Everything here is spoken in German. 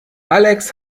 alex